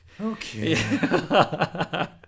Okay